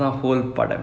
okay